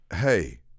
hey